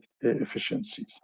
efficiencies